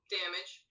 damage